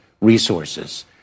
resources